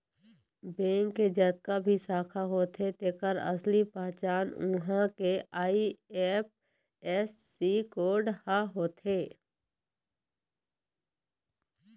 bank के जतका भी शाखा होथे तेखर असली पहचान उहां के आई.एफ.एस.सी कोड ह होथे